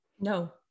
no